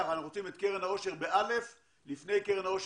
אנחנו תומכים ביוזמה הזאת של איגוד הגז להפחית